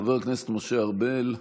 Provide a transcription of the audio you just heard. חבר הכנסת משה ארבל,